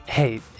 Hey